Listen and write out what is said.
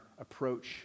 approach